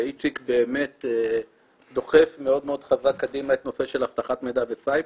ואיציק דוחף מאוד מאוד חזק קדימה את נושא אבטחת מידע וסייבר.